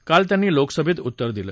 काल त्यांनी लोकसभेत उत्तर दिलं